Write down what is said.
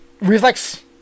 reflex